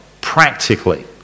practically